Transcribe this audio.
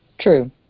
True